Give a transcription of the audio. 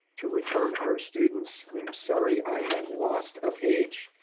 to return our students and i'm sorry i had lost a page